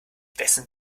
wessen